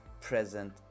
present